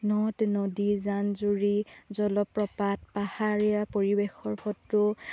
নদ নদী যান জুৰি জলপ্ৰপাত পাহাৰীয়া পৰিৱেশৰ ফটো